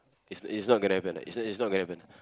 it's it's not gonna happen it's it's not gonna happen ah